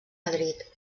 madrid